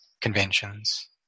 conventions